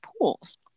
pools